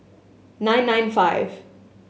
nine nine five